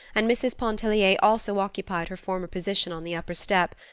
and mrs. pontellier also occupied her former position on the upper step,